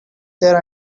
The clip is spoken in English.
their